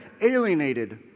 alienated